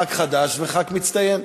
חבר כנסת חדש וחבר כנסת מצטיין.